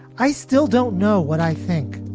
i still don't know what i think.